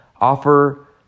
offer